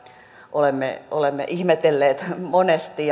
olemme olemme ihmetelleet monesti